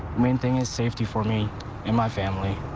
main thing is safety for me and my family.